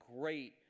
great